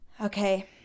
okay